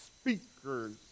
speakers